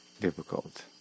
difficult